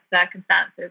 circumstances